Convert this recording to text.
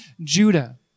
Judah